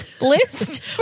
list